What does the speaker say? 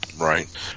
right